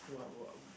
what what